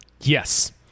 yes